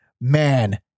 man